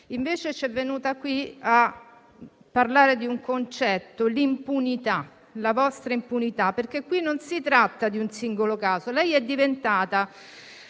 invece è venuta qui a parlare di un concetto: l'impunità, la vostra impunita. Qui non si tratta di un singolo caso. Lei è diventata